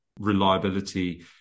reliability